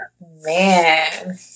Man